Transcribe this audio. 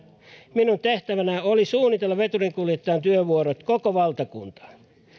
minun tehtävänäni oli suunnitella veturinkuljettajien työvuorot koko valtakuntaan